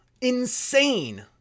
insane